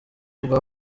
rwa